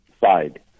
side